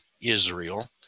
Israel